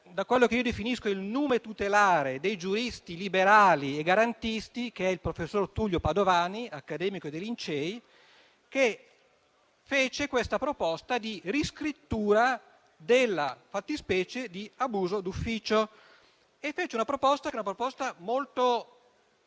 da quello che definisco il nume tutelare dei giuristi liberali e garantisti, che è il professor Tullio Padovani, accademico dei Lincei, che avanzò una proposta di riscrittura della fattispecie d'abuso d'ufficio. La proposta che fece